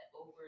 over